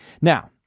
Now